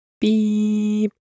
Beep